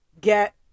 get